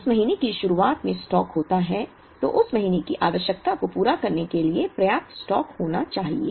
यदि उस महीने की शुरुआत में स्टॉक होता है तो उस महीने की आवश्यकता को पूरा करने के लिए पर्याप्त स्टॉक होना चाहिए